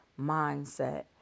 mindset